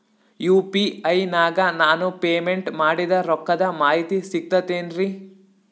UPI ನಾಗ ನಾನು payment ಮಾಡಿದ ರೊಕ್ಕದ ಮಾಹಿತಿ ಸಿಕ್ತಾತೇನ್ರೀ?